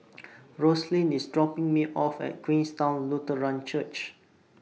Roselyn IS dropping Me off At Queenstown Lutheran Church